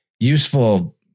useful